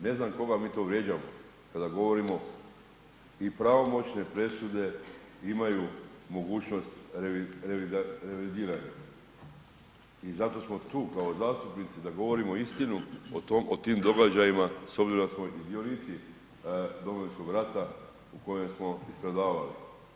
Ne znam koga mi to vrijeđamo kada govorimo i pravomoćne presude imaju mogućnost revidiranja i zato smo tu kao zastupnici da govorimo istinu o tim događajima s obzirom da smo i dionici Domovinskog rata u kojem smo i stradavali.